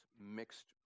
mixed